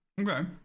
okay